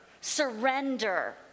surrender